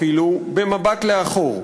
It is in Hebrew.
אפילו במבט לאחור.